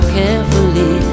carefully